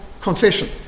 confession